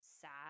sad